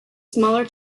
smaller